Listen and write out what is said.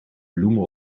bloemen